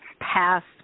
past